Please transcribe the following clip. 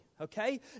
okay